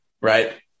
right